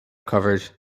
covered